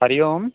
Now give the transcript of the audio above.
Hari Om